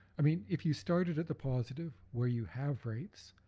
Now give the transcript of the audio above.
i mean if you started at the positive, where you have rights,